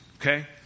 Okay